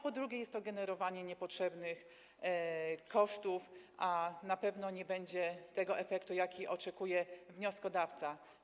Po drugie, jest to generowanie niepotrzebnych kosztów, a na pewno nie będzie tego efektu, jakiego oczekuje wnioskodawca.